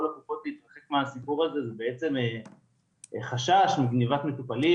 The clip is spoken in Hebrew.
קופות החולים להתרחק מכל הסיפור הזה זה בעצם חשש מגניבת מטופלים,